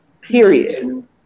Period